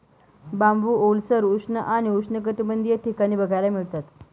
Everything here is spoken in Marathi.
बांबू ओलसर, उष्ण आणि उष्णकटिबंधीय ठिकाणी बघायला मिळतात